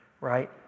right